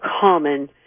common